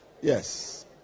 Yes